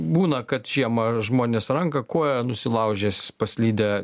būna kad žiemą žmonės ranką koją nusilaužia paslydę